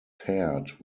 paired